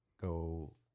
go